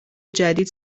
جدید